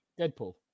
Deadpool